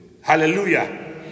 Hallelujah